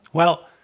well,